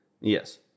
yes